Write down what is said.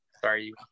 Sorry